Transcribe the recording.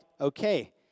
okay